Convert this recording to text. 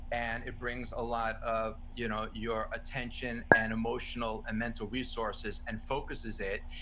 and it brings a lot of you know your attention, and emotional, and mental resources and focuses it,